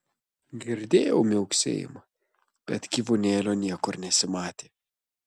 girdėjau miauksėjimą bet gyvūnėlio niekur nesimatė